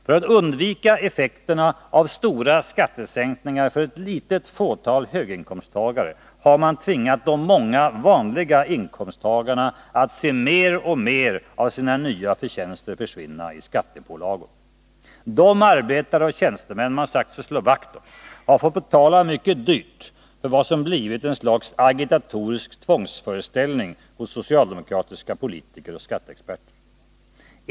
För att undvika effekterna av stora skattesänkningar för ett litet fåtal höginkomsttagare har man tvingat de många vanliga inkomsttagarna att se mer och mer av sina nya förtjänster försvinna i skattepålagor. De arbetare och tjänstemän som man har sagt sig slå vakt om har fått betala dyrt för vad som har blivit ett slags agitatorisk tvångsföreställning hos socialdemokratiska politiker och skatteexperter.